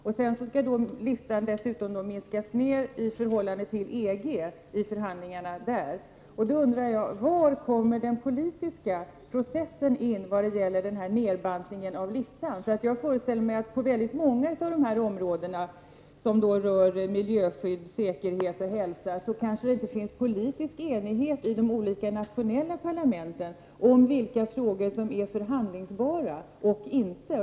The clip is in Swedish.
Därefter skall listan dessutom minskas i förhandlingarna med EG. Var kommer den politiska processen in när det gäller den här nedbantningen av listan? Jag föreställer mig att det på väldigt många av de områden som rör miljöskydd, säkerhet och hälsa kanske inte finns politisk enighet i de olika nationella parlamenten om vilka frågor som är förhandlingsbara.